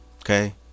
Okay